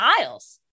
aisles